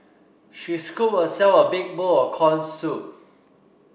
she scooped herself a big bowl of corn soup